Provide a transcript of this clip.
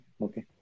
Okay